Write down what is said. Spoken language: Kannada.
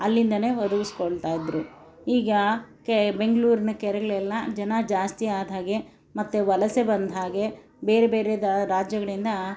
ಅಲ್ಲಿಂದಾನೆ ಒದ್ಗಿಸಿಕೊಳ್ತಾಯಿದ್ರು ಈಗ ಬೆಂಗಳೂರಿನ ಕೆರೆಗಳೆಲ್ಲ ಜನ ಜಾಸ್ತಿ ಆದ ಹಾಗೆ ಮತ್ತು ವಲಸೆ ಬಂದ ಹಾಗೆ ಬೇರೆ ಬೇರೆ ರಾಜ್ಯಗಳಿಂದ